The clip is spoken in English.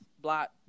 black